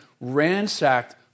ransacked